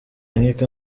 nkiko